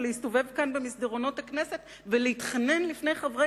ולהסתובב כאן במסדרונות הכנסת ולהתחנן לפני חברי